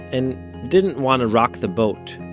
and didn't want to rock the boat,